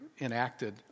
enacted